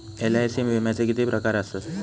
LIC विम्याचे किती प्रकार आसत?